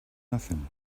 nothing